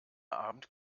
abend